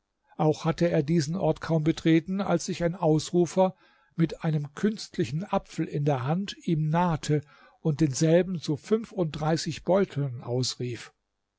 auch hatte er diesen ort kaum betreten als sich ein ausrufer mit einem künstlichen apfel in der hand ihm nahte und denselben zu fünfunddreißig beuteln ausrief